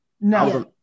No